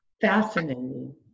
fascinating